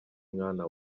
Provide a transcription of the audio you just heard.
mwana